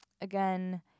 Again